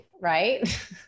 right